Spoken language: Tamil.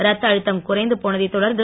இரத்த அழுத்தம் குறைந்து போனதை தொடர்ந்து